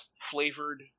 flavored